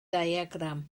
diagram